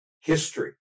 history